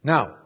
Now